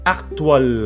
Actual